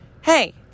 hey